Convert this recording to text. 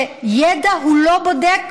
שידע הוא לא בודק,